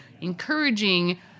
encouraging